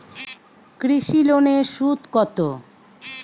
কৃষি লোনের সুদ কত?